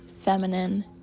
feminine